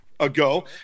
ago